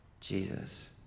Jesus